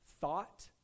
thought